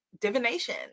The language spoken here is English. divination